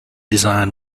design